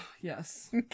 Yes